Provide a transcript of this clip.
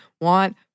want